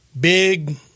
big